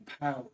power